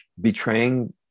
betraying